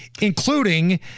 including